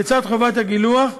לצד חובת הגילוח,